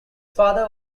father